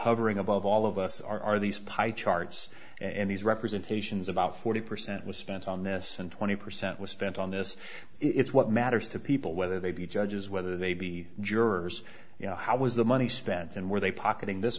hovering above all of us are are these pipe charts and these representations about forty percent was spent on this and twenty percent was spent on this it's what matters to people whether they be judges whether they be jurors you know how was the money spent and were they pocketing this